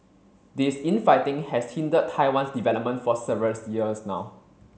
this infighting has hindered Taiwan's development for several years now